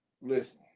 listen